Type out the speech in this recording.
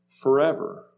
forever